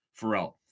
Pharrell